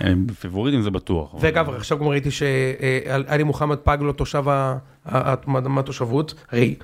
הם פייבוריטים זה בטוח. ואגב עכשיו ראיתי שעלי מוחמד, פג לו תושב ה... ה... ה... מה תושבות, הרי